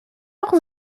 heure